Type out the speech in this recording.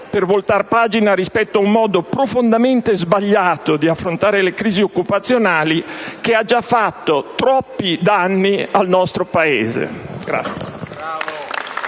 per voltare pagina rispetto a un modo profondamente sbagliato di affrontare le crisi occupazionali, che ha già fatto troppi danni al nostro Paese.